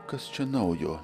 kas čia naujo